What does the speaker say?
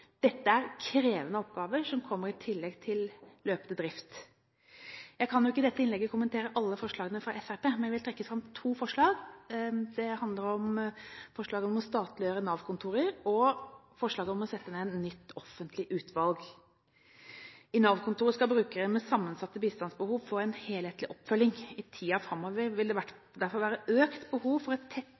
Dette er krevende oppgaver som kommer i tillegg til løpende drift. Jeg kan ikke i dette innlegget kommentere alle forslagene fra Fremskrittspartiet, men jeg vil trekke fram to forslag. Det handler om forslaget om å statliggjøre Nav-kontorer og forslaget om å sette ned et nytt offentlig utvalg. I Nav-kontoret skal brukere med sammensatte bistandsbehov få en helhetlig oppfølging. I tiden framover vil det derfor være økt behov for et